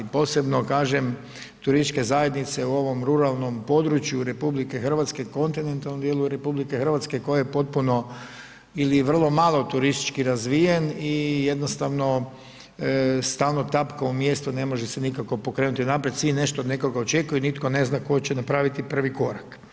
Posebno kažem turističke zajednice u ovom ruralnom području RH kontinentalnom dijelu RH koji je potpuno ili vrlo malo turistički razvijen i jednostavno stalno tapka u mjestu ne može se nikako pokrenuti naprijed, svi nešto od nekog očekuju nitko ne zna tko će napraviti prvi korak.